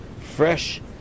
fresh